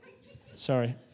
Sorry